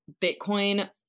Bitcoin